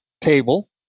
table